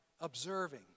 observing